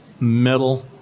Metal